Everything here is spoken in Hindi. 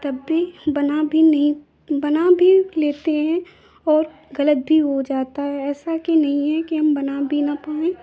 तब भी बना भी नहीं बना भी लेते हैं और गलत भी हो जाता है ऐसा कि नहीं है कि हम बना भी न पाए